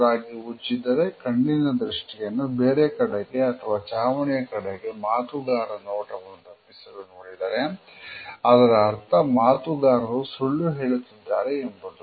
ಜೋರಾಗಿ ಉಜ್ಜಿದರೆ ಕಣ್ಣಿನ ದೃಷ್ಟಿಯನ್ನು ಬೇರೆ ಕಡೆಗೆ ಅಥವಾ ಚಾವಣಿಯ ಕಡೆಗೆ ಮಾತುಗಾರ ನೋಟವನ್ನು ತಪ್ಪಿಸಲು ನೋಡಿದರೆ ಅದರ ಅರ್ಥ ಮಾತುಗಾರರು ಸುಳ್ಳು ಹೇಳುತ್ತಿದ್ದಾರೆ ಎಂಬುದು